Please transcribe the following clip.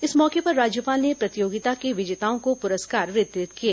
इस मौके पर राज्यपाल ने प्रतियोगिता के विजेताओं को पुरस्कार वितरित किए